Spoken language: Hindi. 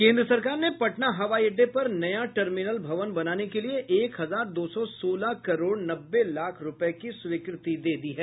केन्द्र सरकार ने पटना हवाई अड्डे पर नया टर्मिनल भवन बनाने के लिये एक हजार दो सौ सोलह करोड़ नब्बे लाख रूपये की स्वीकृति दे दी है